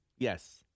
Yes